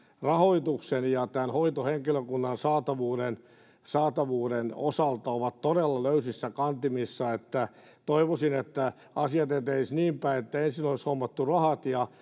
rahoituksen ja tämän hoitohenkilökunnan saatavuuden saatavuuden osalta ovat todella löysissä kantimissa toivoisin että asiat etenisivät niin päin että ensin olisi hommattu rahat ja